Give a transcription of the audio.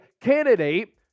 candidate